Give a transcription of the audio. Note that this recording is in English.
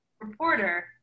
reporter